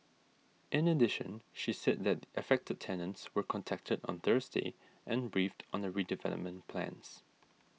in addition she said that affected tenants were contacted on Thursday and briefed on the redevelopment plans